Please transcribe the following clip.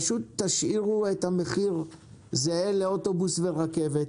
פשוט תשאירו את המחיר זהה לאוטובוס ורכבת,